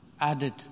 added